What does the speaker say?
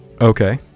okay